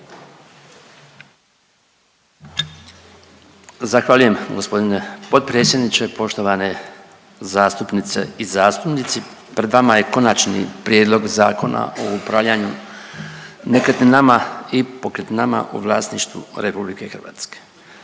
Zahvaljujem gospodine potpredsjedniče. Poštovane zastupnice i zastupnici, pred vama je Konačni prijedlog Zakona o upravljanju nekretninama i pokretninama u vlasništvu RH. Prije